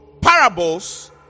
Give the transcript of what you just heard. parables